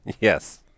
yes